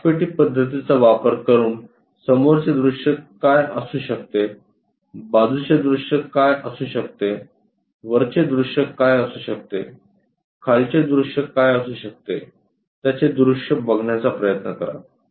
काचेपेटी पध्दतीचा वापर करुन समोरचे दृश्य काय असू शकते बाजूचे दृश्य काय असू शकते वरचे दृश्य काय असू शकते खालचे दृश्य काय असू शकते याचे दृश्य बघण्याचा प्रयत्न करा